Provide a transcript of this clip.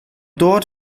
dort